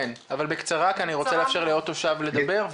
בקצרה כי אני רוצה לאפשר לעוד תושב לדבר.